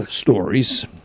stories